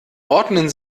ordnen